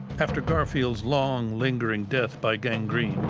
after garfield's long, lingering death by gangrene,